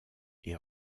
est